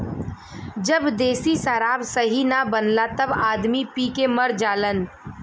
जब देशी शराब सही न बनला तब आदमी पी के मर जालन